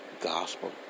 gospel